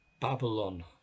Babylon